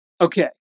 Okay